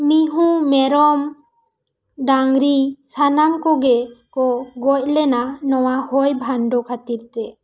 ᱢᱤᱦᱩᱸ ᱢᱮᱨᱚᱢ ᱰᱟᱝᱨᱤ ᱥᱟᱱᱟᱢ ᱠᱚᱜᱮ ᱠᱚ ᱜᱚᱡ ᱞᱮᱱᱟ ᱱᱚᱣᱟ ᱦᱚᱭ ᱵᱷᱟᱨᱱᱰᱚ ᱠᱷᱟᱹᱛᱤᱨ ᱛᱮ